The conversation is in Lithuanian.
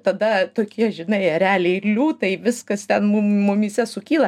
tada tokie žinai ereliai ir liūtai viskas ten mum mumyse sukyla